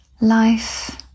Life